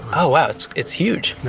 oh wow, it's huge. yeah.